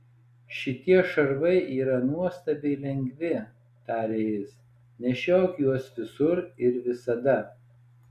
šitie šarvai yra nuostabiai lengvi tarė jis nešiok juos visur ir visada